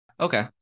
Okay